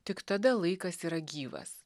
tik tada laikas yra gyvas